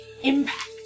impact